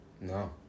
No